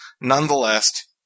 Nonetheless